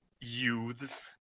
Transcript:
youths